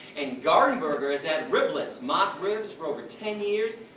and gardenburger has had riblets, mock ribs, for over ten years.